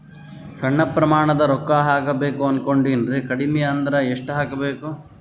ಸಣ್ಣ ಪ್ರಮಾಣದ ರೊಕ್ಕ ಹಾಕಬೇಕು ಅನಕೊಂಡಿನ್ರಿ ಕಡಿಮಿ ಅಂದ್ರ ಎಷ್ಟ ಹಾಕಬೇಕು?